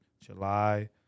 July